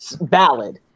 ballad